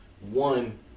one